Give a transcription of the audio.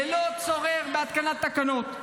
ללא צורך בהתקנת תקנות.